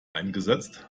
eingesetzt